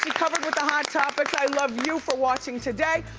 covered with the hot topics. i love you for watching today.